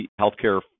healthcare